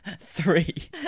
Three